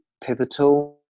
pivotal